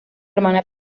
hermana